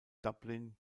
dublin